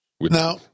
Now